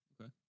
Okay